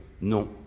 non